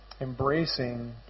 embracing